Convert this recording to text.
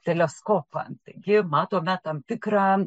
teleskopą taigi matome tam tikrą